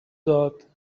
داد